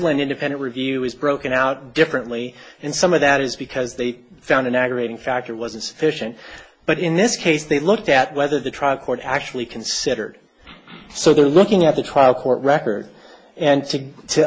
e independent review is broken out differently and some of that is because they found an aggravating factor was insufficient but in this case they looked at whether the trial court actually considered so they're looking at the trial court record and to